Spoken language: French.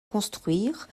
construire